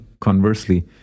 conversely